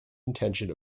intention